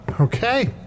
Okay